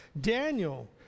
Daniel